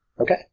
Okay